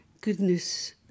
goodness